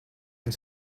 and